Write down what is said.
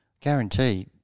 guarantee